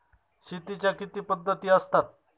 शेतीच्या किती पद्धती असतात?